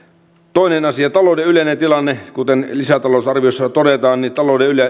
toinen asia talouden yleinen tilanne kuten lisätalousarviossa todetaan niin talouden